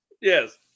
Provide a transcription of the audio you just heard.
Yes